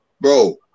bro